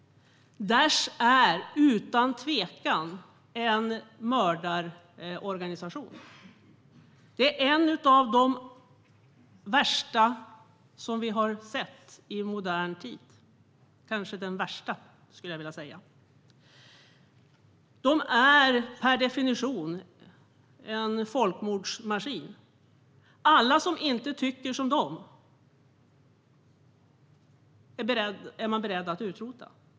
Daish är utan tvekan en mördarorganisation. Det är en av de värsta som vi har sett i modern tid, kanske den värsta, skulle jag vilja säga. Den är per definition en folkmordsmaskin. Alla som inte tycker som de är de beredda att utrota.